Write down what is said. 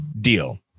deal